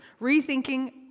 rethinking